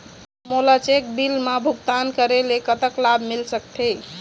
मोला cheque bill मा भुगतान करेले कतक लाभ मिल सकथे?